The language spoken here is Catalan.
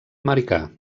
americà